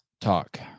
talk